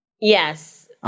Yes